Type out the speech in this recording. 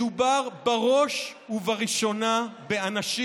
מדובר בראש ובראשונה באנשים,